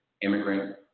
immigrant